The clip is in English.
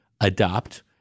adopt